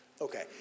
Okay